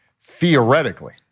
theoretically